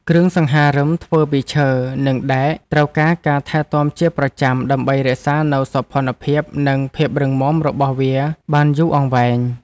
គ្រឿងសង្ហារឹមធ្វើពីឈើ និងដែកត្រូវការការថែទាំជាប្រចាំ ដើម្បីរក្សានូវសោភ័ណភាព និងភាពរឹងមាំរបស់វាបានយូរអង្វែង។